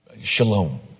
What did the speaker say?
Shalom